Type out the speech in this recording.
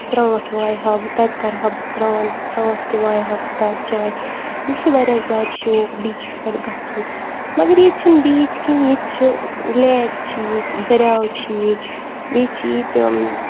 ژھرٛانٛٹھ وایہِ ہا بہٕ تَتہِ کَرٕ ہا بہٕ سرٛان ژھرٛانٛٹھ تہِ وایہِ ہا بہٕ تَتھ جاے مےٚ چھِ واریاہ زیادٕ شوق بیٖچَس پٮ۪ٹھ گژھُن مگر ییٚتہِ چھِنہٕ بیٖچ کینٛہہ ییٚتہِ چھِ لیک چھِ ییٚتہِ دٔریاو چھِ ییٚتہِ بیٚیہِ چھِ ییٚتہِ